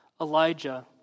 Elijah